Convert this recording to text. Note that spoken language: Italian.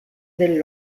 del